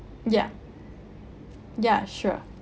yeah yeah sure